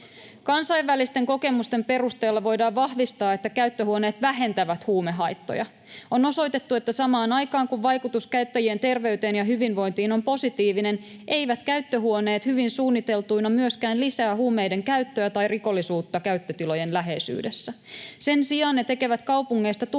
Kansainvälisten kokemusten perusteella voidaan vahvistaa, että käyttöhuoneet vähentävät huumehaittoja. On osoitettu, että samaan aikaan kun vaikutus käyttäjien terveyteen ja hyvinvointiin on positiivinen, eivät käyttöhuoneet hyvin suunniteltuina myöskään lisää huumeiden käyttöä tai rikollisuutta käyttötilojen läheisyydessä. Sen sijaan ne tekevät kaupungeista turvallisempia,